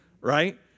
right